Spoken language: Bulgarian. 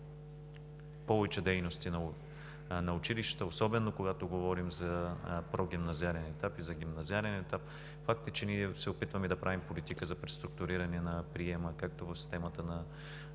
повече дейности на училищата, особено когато говорим за прогимназиален и гимназиален етап. Факт е, че ние се опитваме да правим политика за преструктуриране на приема както в системата на